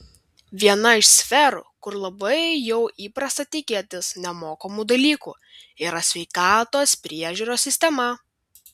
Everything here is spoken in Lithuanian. viena iš sferų kur labai jau įprasta tikėtis nemokamų dalykų yra sveikatos priežiūros sistema